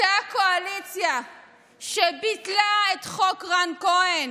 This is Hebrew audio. אותה קואליציה שביטלה את חוק רן כהן